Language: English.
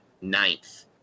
ninth